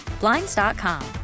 Blinds.com